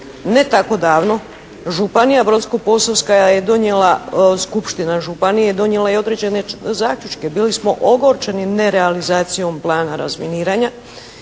Ne tako davno, Županija brodsko-posavska je donijela, Skupština županije je donijela i određene zaključke. Bili smo ogorčeni nerealizacijom plana razminiranja.